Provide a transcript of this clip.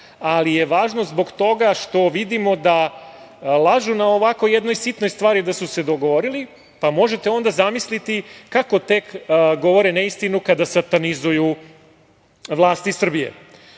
ali je važno zbog toga što vidimo da lažu na ovako jednoj sitnoj stvari da su se dogovorili, pa možete onda zamisliti kako tek govore neistinu kada satanizuju vlast iz